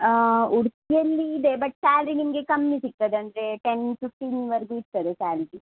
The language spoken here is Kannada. ಹಾಂ ಉಡುಪಿಯಲ್ಲಿದೆ ಬಟ್ ಸ್ಯಾಲ್ರಿ ನಿಮಗೆ ಕಮ್ಮಿ ಸಿಗ್ತದೆ ಅಂದರೆ ಟೆನ್ ಫಿಫ್ಟೀನ್ವರೆಗು ಇರ್ತದೆ ಸ್ಯಾಲ್ರಿ